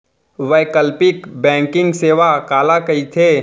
वैकल्पिक बैंकिंग सेवा काला कहिथे?